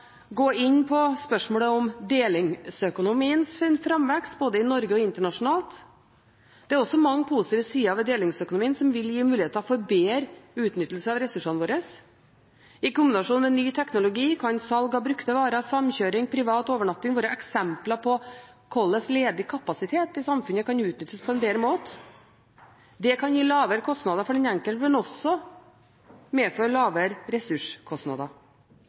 gå inn på spørsmålet om delingsøkonomiens framvekst, både i Norge og internasjonalt. Det er mange positive sider ved delingsøkonomien, som vil gi muligheter for bedre utnyttelse av ressursene våre. I kombinasjon med ny teknologi kan salg av brukte varer, samkjøring og privat overnatting være eksempler på hvordan ledig kapasitet i samfunnet kan utnyttes på en bedre måte. Det kan gi lavere kostnader for den enkelte, men også medføre lavere ressurskostnader.